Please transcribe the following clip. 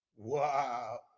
Wow